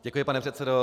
Děkuji, pane předsedo.